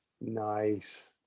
Nice